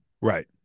Right